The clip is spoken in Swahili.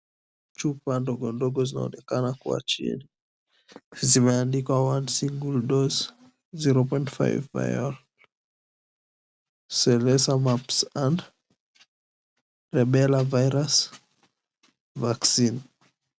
Chupa ndogo ndogo zinaonekana zikiwa chini. Zimeandikwa One Single Dose 0.5 ml. Measles, Mumps and Rubella Virus Vaccine .